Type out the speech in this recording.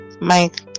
Mike